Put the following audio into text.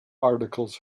articles